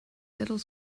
little